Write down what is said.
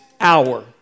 hour